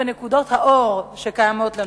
אני אגע בנקודות האור שיש לנו: